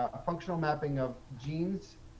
ah functional mapping of genes,